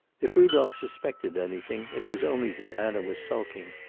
if rudolph suspected anything, it was only that anna was sulking.